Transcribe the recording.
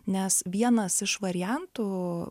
nes vienas iš variantų